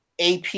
AP